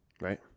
right